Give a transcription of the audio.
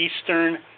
Eastern